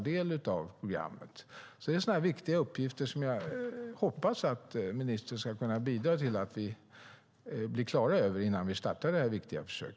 Det är sådana viktiga uppgifter som jag hoppas att ministern ska kunna bidra till att vi blir klara över innan vi startar detta viktiga försök.